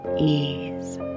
ease